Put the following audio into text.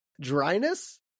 dryness